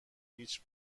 هیچ